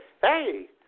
Hey